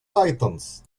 titans